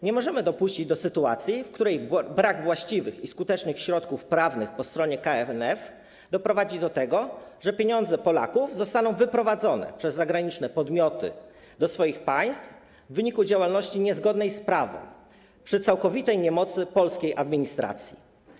Nie możemy dopuścić do sytuacji, w której brak właściwych i skutecznych środków prawnych po stronie KNF doprowadzi do tego, że pieniądze Polaków zostaną wyprowadzone przez zagraniczne podmioty do swoich państw w wyniku działalności niezgodnej z prawem, przy całkowitej niemocy polskiej administracji.